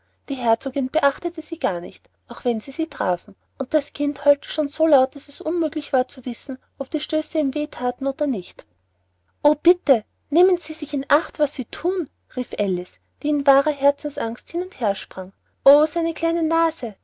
die herzogin beachtete sie gar nicht auch wenn sie sie trafen und das kind heulte schon so laut daß es unmöglich war zu wissen ob die stöße ihm weh thaten oder nicht oh bitte nehmen sie sich in acht was sie thun rief alice die in wahrer herzensangst hin und her sprang oh seine liebe kleine nase